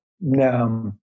no